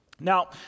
Now